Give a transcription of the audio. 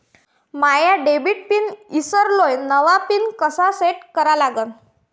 माया debit pin ईसरलो, नवा pin कसा सेट करा लागन?